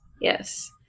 Yes